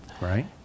Right